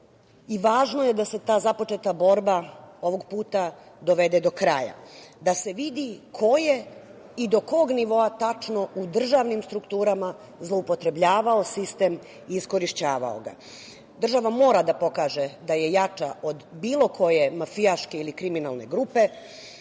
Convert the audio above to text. Važno je da se ta započeta borba ovog puta dovede do kraja, da se vidi ko je i do kog nivoa tačno u državnim strukturama zloupotrebljavao sistem i iskorišćavao ga. Država mora da pokaže da je jača od bilo koje mafijaške ili kriminalne grupe